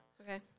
Okay